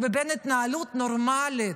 ובין התנהלות נורמלית,